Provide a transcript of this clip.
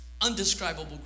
undescribable